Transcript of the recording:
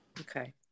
Okay